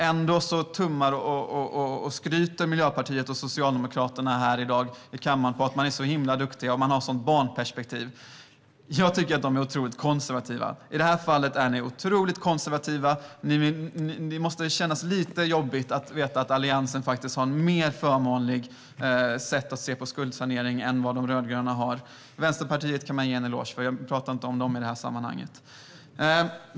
Ändå skryter Miljöpartiet och Socialdemokraterna här i kammaren i dag om att man är så himla duktig och har ett sådant barnperspektiv. I det här fallet är ni otroligt konservativa! Det måste kännas lite jobbigt att veta att Alliansen faktiskt har ett mer förmånligt förslag gällande skuldsanering än vad de rödgröna har. Vänsterpartiet kan jag dock ge en eloge; jag talar inte om dem i det här sammanhanget.